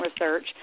research